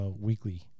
weekly